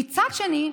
ומצד שני,